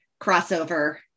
crossover